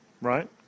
right